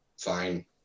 fine